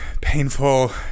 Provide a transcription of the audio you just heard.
painful